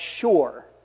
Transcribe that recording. sure